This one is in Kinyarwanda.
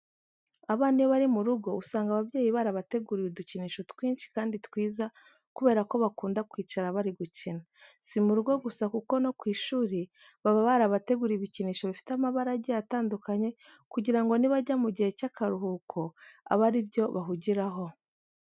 Abana iyo bari mu rugo usanga ababyeyi barabaguriye udukinisho twinshi kandi twiza kubera ko bakunda kwicara bari gukina. Si mu rugo gusa kuko no ku ishuri baba barabateguriye ibikinisho bifite amabara agiye atandukanye kugira ngo nibajya mu gihe cy'akaruhuko abe ari byo bahugiraho.